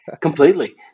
Completely